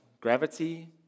gravity